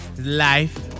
life